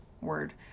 word